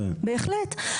בהחלט.